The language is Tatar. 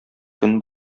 көн